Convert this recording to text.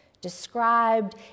described